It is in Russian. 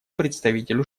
представителю